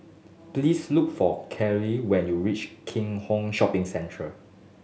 please look for Katelyn when you reach Keat Hong Shopping Centre